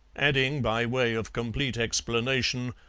adding, by way of complete explanation,